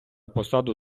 посаду